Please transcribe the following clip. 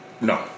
No